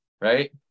right